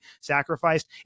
sacrificed